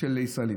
של ישראלים.